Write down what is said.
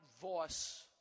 voice